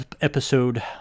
episode